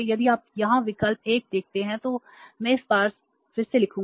यदि आप यहां विकल्प 1 देखते हैं तो मैं इसे फिर से लिखूंगा